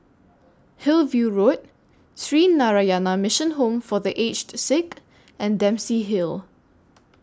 Hillview Road Sree Narayana Mission Home For The Aged Sick and Dempsey Hill